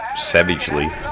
savagely